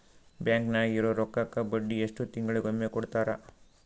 Bank ನಾಗಿರೋ ರೊಕ್ಕಕ್ಕ ಬಡ್ಡಿ ಎಷ್ಟು ತಿಂಗಳಿಗೊಮ್ಮೆ ಕೊಡ್ತಾರ?